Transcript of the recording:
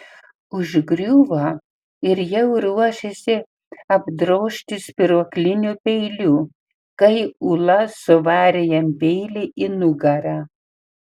užgriuvo ir jau ruošėsi apdrožti spyruokliniu peiliu kai ula suvarė jam peilį į nugarą